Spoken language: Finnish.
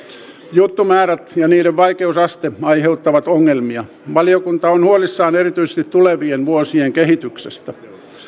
juttumäärät ja niiden vaikeusaste aiheuttavat ongelmia valiokunta on huolissaan erityisesti tulevien vuosien kehityksestä